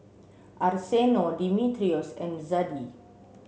Arsenio Dimitrios and Zadie